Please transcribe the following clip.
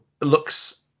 looks